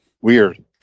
weird